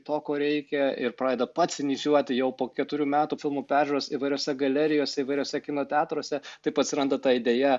to ko reikia ir pradeda pats inicijuoti jau po keturių metų filmų peržiūras įvairiose galerijose įvairiuose kino teatruose taip atsiranda ta idėja